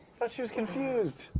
thought she was confused.